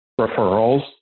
referrals